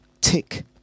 Tick